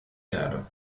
erde